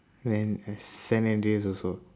went eh san andreas also